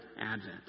advent